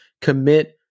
commit